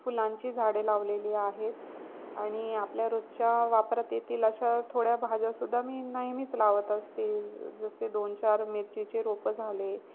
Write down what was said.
फुलांची झाडे लावलेली आहेत आणि आपल्या रोजच्या वापरात येतील अशा थोड्या भाज्या सुद्धा मी नेहमीच लावत असते जसे दोन चार मिरचीचे रोपं झाले